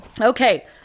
okay